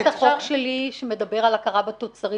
את מכירה את החוק שלי שמדבר על הכרה בתוצרים